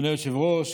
אדוני היושב-ראש,